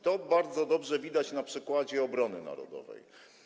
To bardzo dobrze widać na przykładzie obrony narodowej.